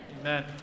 Amen